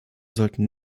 sollten